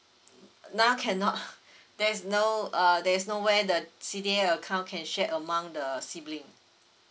now cannot there's no uh there's no way the C_D_A account can share among the sibling